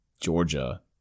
georgia